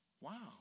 Wow